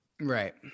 Right